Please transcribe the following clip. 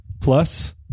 plus